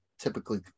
typically